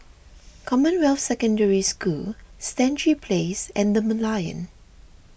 Commonwealth Secondary School Stangee Place and the Merlion